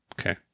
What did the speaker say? okay